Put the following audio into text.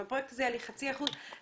בפרויקט ההוא יהיה לי חצי אחוז.